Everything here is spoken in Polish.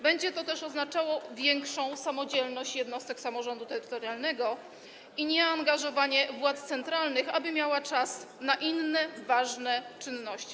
Będzie to też oznaczało większą samodzielność jednostek samorządu terytorialnego i nieangażowanie władz centralnych, aby miały czas na inne ważne czynności.